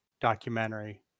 documentary